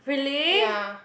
really